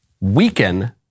weaken